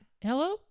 hello